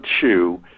shoe